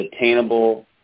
attainable